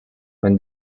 when